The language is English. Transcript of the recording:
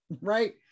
right